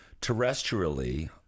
terrestrially